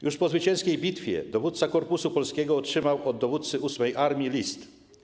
Już po zwycięskiej bitwie dowódca korpusu polskiego otrzymał od dowódcy 8. armii list.